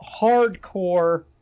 hardcore